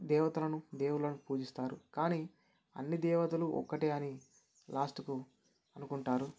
దేవతలను దేవుళ్లను పూజిస్తారు కానీ అన్ని దేవతలు ఒక్కటే అని లాస్ట్కు అనుకుంటారు